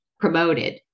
promoted